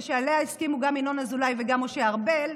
שעליה הסכימו גם ינון אזולאי וגם משה ארבל,